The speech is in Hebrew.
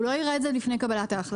שהוא לא יראה את זה לפני קבלת ההחלטה.